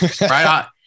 Right